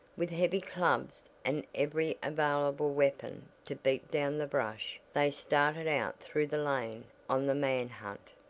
with heavy clubs and every available weapon to beat down the brush they started out through the lane on the man hunt.